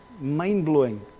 mind-blowing